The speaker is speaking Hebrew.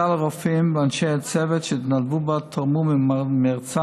כלל הרופאים ואנשי הצוות שהתנדבו בה תרמו ממרצם